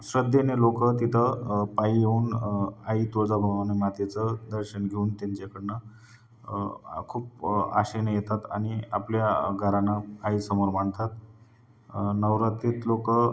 श्रद्धेने लोक तिथं पायी येऊन आई तुळजाभवानी मातेचं दर्शन घेऊन त्यांच्याकडनं आ खूप आशेनं येतात आणि आपल्या गाऱ्हाणं आईसमोर मांडतात नवरात्रीत लोक